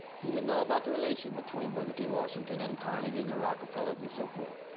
he didn't know about the relationship between booker t. washington, and carnegies and rockefellers, and so forth.